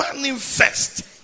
manifest